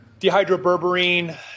Dehydroberberine